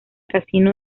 casino